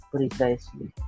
Precisely